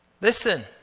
Listen